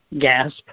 Gasp